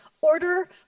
Order